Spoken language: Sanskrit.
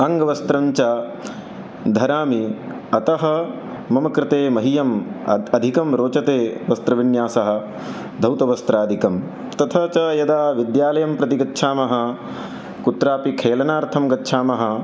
अङ्गवस्त्रं च धरामि अतः मम कृते मह्यं अद् अधिकं रोचते वस्त्रविन्यासः धौतवस्त्रादिकम् तथा च यदा विद्यालयं प्रति गच्छामः कुत्रापि खेलनार्थं गच्छामः